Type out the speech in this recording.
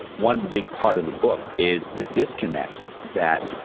one big part of the book is the disconnect that.